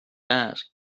asked